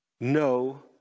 No